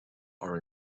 are